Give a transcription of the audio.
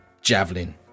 javelin